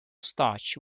starch